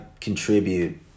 contribute